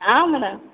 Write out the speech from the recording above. ಆಂ madam